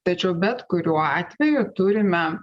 tačiau bet kuriuo atveju turime